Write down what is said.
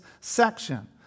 section